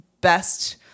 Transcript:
Best